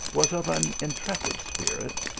was of an intrepid spirit,